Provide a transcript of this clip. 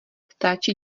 stačí